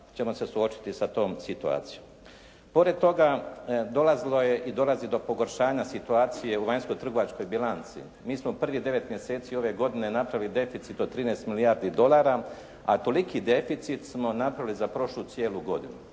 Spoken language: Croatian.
ćemo se suočiti sa tom situacijom. Pored toga dolazilo je i dolazi do pogoršanja situacije u vanjskotrgovačkoj bilanci. Mi smo prvih 9 mjeseci ove godine napravili deficit od 13 milijardi dolara, a toliki deficit smo napravili za prošlu cijelu godinu.